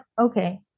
okay